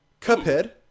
cuphead